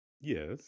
Yes